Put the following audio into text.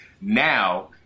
Now